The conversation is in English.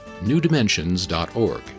newdimensions.org